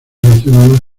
relacionadas